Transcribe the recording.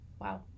Wow